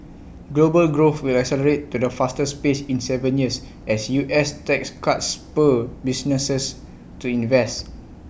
global growth will accelerate to the fastest pace in Seven years as U S tax cuts spur businesses to invest